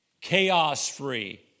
Chaos-free